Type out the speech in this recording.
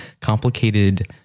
complicated